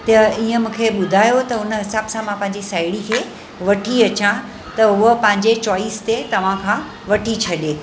त ईअं मूंखे ॿुधायो त उन हिसाब सां मां पंहिंजी साहेड़ी खे वठी अचा त उहा पंहिंजे चॉइस ते तव्हां खां वठी छॾे